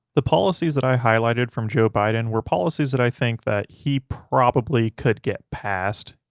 the policies that i highlighted from joe biden were policies that i think that he probably could get passed,